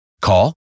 Call